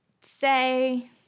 say